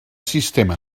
sistema